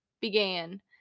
Began